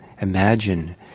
imagine